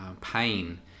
pain